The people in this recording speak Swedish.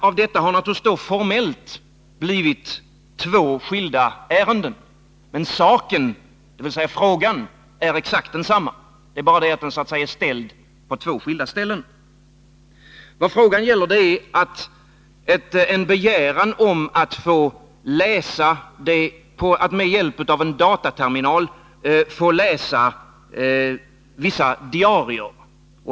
Av detta har det formellt naturligtvis blivit två skilda ärenden, men frågan är exakt densamma. Det är bara det att den är ställd på två skilda ställen. Saken gäller en begäran att med hjälp av en dataterminal få läsa vissa diarier.